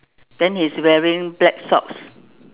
then he's wearing black socks